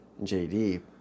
JD